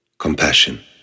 Compassion